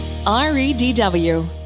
REDW